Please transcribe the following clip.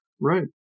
Right